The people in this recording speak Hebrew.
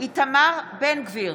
איתמר בן גביר,